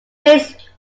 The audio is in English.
haste